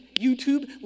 YouTube